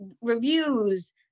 reviews